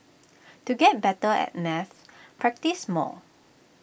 to get better at maths practise more